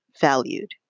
valued